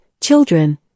children